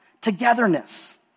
togetherness